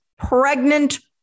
Pregnant